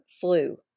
flu